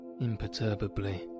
imperturbably